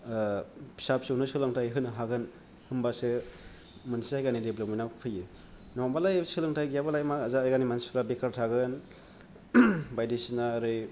फिसा फिसौनो सोलोंथाइ होनो हागोन होमबासो मोनसे जायगानि डेभल'पमेन्टआबो फैयो नङाबालाय सोलोंथाइ गैयाबालाय मा जायगानि मानसिफ्रा बेखार थागोन बायदिसिना ओरै